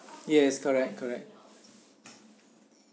yes correct correct